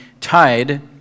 tied